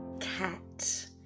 Cat